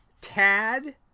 Tad